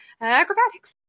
acrobatics